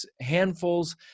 handfuls